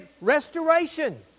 restoration